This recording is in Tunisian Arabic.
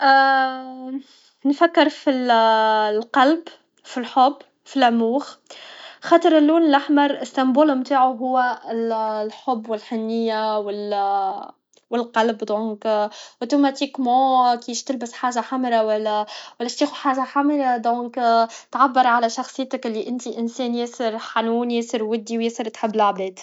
اا نفكر فالقلب فالحب فلاموغ خاطر السمبول نتاعو هو الحب و الحنيه و ال و القلب دونك اوتوماتيكمون كي تلبس حاجه حمرا و لا يش تأخذ حاجه حمرا دونك تعبر على شخصيتك بلي انتي انسان ياسر حنون ودي و ياسر تحب لعباد